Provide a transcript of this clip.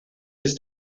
his